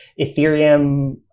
Ethereum